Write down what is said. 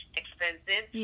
expensive